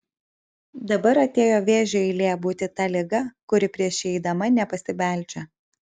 dabar atėjo vėžio eilė būti ta liga kuri prieš įeidama nepasibeldžia